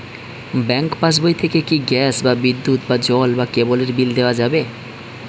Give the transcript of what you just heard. Bank পাশবই থেকে কি গ্যাস বা বিদ্যুৎ বা জল বা কেবেলর বিল দেওয়া যাবে?